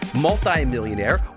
Multi-millionaire